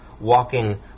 walking